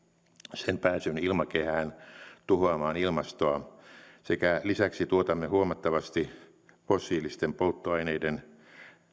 sen pääsyn ilmakehään tuhoamaan ilmastoa sekä lisäksi tuotamme huomattavasti fossiilisten polttoaineiden